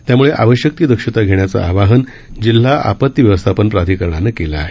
त्यामुळे आवश्यक ती दक्षता घेण्याचं आवाहन जिल्हा आपती व्यवस्थापन प्राधिकरणान केलं आहे